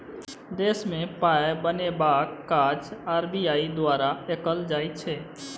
देशमे पाय बनेबाक काज आर.बी.आई द्वारा कएल जाइ छै